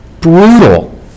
brutal